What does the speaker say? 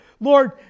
Lord